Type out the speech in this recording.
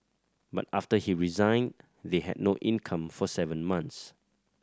but after he resigned they had no income for seven months